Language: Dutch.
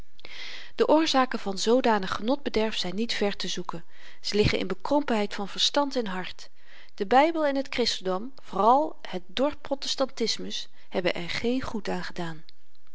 de oorzaken van zoodanig genotbederf zyn niet ver te zoeken ze liggen in bekrompenheid van verstand en hart de bybel en t christendom vooral het dor protestantismus hebben er geen goed aan gedaan